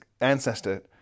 ancestor